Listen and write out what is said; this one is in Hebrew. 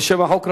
שם החוק,